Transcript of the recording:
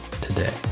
today